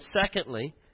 secondly